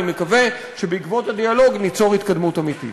אני מקווה שבעקבות הדיאלוג ניצור התקדמות אמיתית.